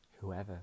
whoever